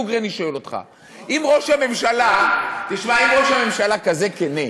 דוגרי אני שואל אותך: אם ראש הממשלה כזה כן,